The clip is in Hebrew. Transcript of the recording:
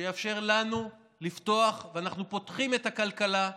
שיאפשר לנו לפתוח, ואנחנו פותחים, את הכלכלה,